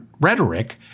rhetoric